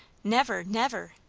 never, never!